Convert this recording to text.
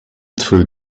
through